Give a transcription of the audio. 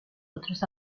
otros